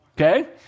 Okay